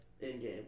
In-game